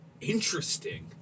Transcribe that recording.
Interesting